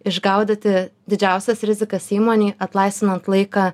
išgaudyti didžiausias rizikas įmonei atlaisvinant laiką